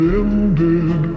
ended